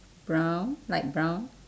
brown light brown